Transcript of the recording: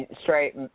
straight